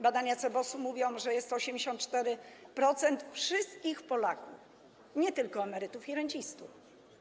Badania CBOS mówią, że za jest 84% wszystkich Polaków, nie tylko emerytów i rencistów.